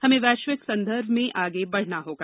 हमें वैश्विक संदर्भ में आगे बढ़ना होगा